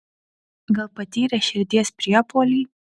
gal patyrė širdies priepuolį